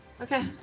Okay